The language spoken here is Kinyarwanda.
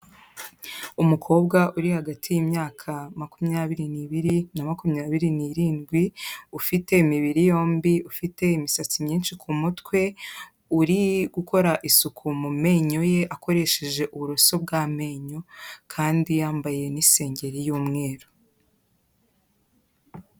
Umukobwa uri hagati y'imyaka makumyabiri n'ibiri na makumyabiri n'irindwi ufite imibiri yombi, ufite imisatsi myinshi ku mutwe, uri gukora isuku mu menyo ye akoresheje uburoso bw'amenyo kandi yambaye n'isengeri y'umweru.